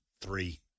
three